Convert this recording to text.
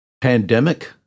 pandemic